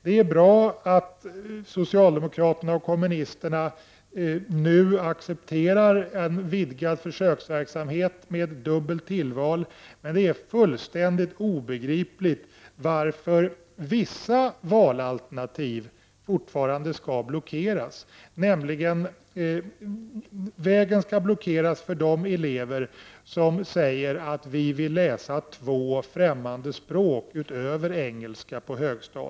Det är bra att socialdemokraterna och kommunisterna nu accepterar en vidgad försöksverksamhet med dubbelt tillval, men det är fullständigt obegripligt varför vissa valalternativ fortfarande skall blockeras. Vägen skall blockeras för de elever på högstadiet som vill läsa två fftämmande språk utöver engelska.